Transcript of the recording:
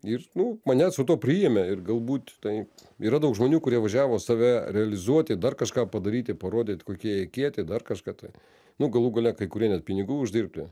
ir nu mane su tuo priėmė ir galbūt tai yra daug žmonių kurie važiavo save realizuoti dar kažką padaryti parodyt kokie jie kieti dar kažką tai nu galų gale kai kurie net pinigų uždirbti